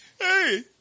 hey